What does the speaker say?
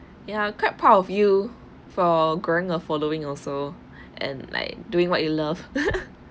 ya quite proud of you for growing a following also and like doing what you love